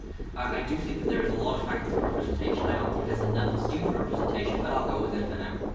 i do think that there is a lot of faculty representation. i don't think there's enough student representation but i'll go with it